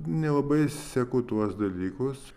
nelabai seku tuos dalykus